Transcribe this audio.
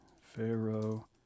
Pharaoh